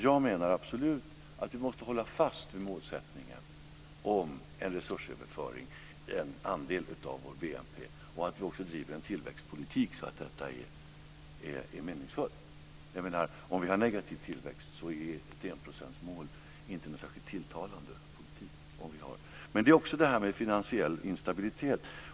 Jag menar absolut att vi måste hålla fast vid målsättningen om en resursöverföring med en andel av vår BNP och driva en tillväxtpolitik som gör detta meningsfullt. Om vi har negativ tillväxt är ett enprocentsmål inte någon särskilt tilltalande politik. Det är också detta med finansiell instabilitet.